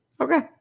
okay